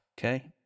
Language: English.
Okay